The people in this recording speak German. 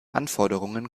anforderungen